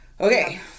Okay